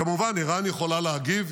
כמובן, איראן יכולה להגיב.